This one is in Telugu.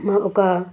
మా ఒక